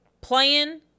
playing